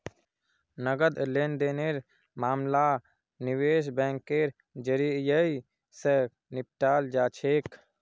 नकद लेन देनेर मामला निवेश बैंकेर जरियई, स निपटाल जा छेक